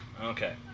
Okay